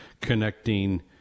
connecting